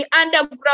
underground